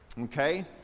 Okay